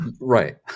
Right